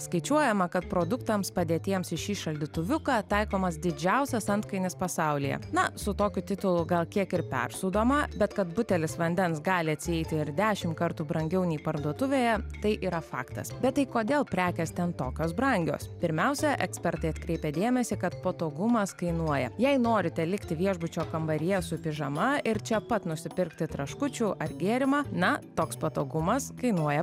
skaičiuojama kad produktams padėtiems į šį šaldytuviuką taikomas didžiausias antkainis pasaulyje na su tokiu titulu gal kiek ir persūdoma bet kad butelis vandens gali atsieiti ir dešimt kartų brangiau nei parduotuvėje tai yra faktas bet tai kodėl prekės ten tokios brangios pirmiausia ekspertai atkreipė dėmesį kad patogumas kainuoja jei norite likti viešbučio kambaryje su pižama ir čia pat nusipirkti traškučių ar gėrimą na toks patogumas kainuoja